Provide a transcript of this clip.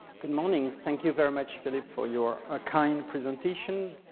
good morning. thank you very much, philip, for your kind presentation.